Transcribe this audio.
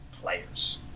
players